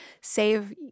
save